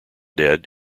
dead